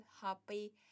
happy